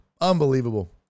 Unbelievable